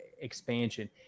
expansion